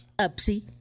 Upsy